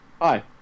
Hi